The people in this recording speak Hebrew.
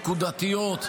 נקודתיות,